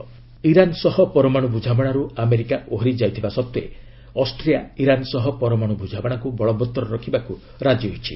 Iran Austria Iran ସହ ପରମାଣୁ ବୁଝାମଣାରୁ ଆମେରିକା ଓହରି ଯାଇଥିବା ସତ୍ତ୍ୱେ ଅଷ୍ଟ୍ରିଆ ଇରାନ୍ ସହ ପରମାଣୁ ବୁଝାମଣାକୁ ବଳବତ୍ତର ରଖିବାକୁ ରାଜି ହୋଇଛି